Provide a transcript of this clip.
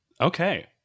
Okay